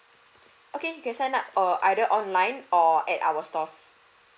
okay you can sign up err either online or at our stores